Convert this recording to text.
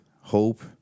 hope